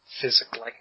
physically